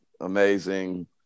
amazing